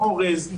אורז,